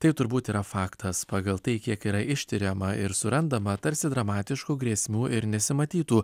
tai turbūt yra faktas pagal tai kiek yra ištiriama ir surandama tarsi dramatiškų grėsmių ir nesimatytų